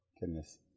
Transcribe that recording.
Goodness